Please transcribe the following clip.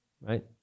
right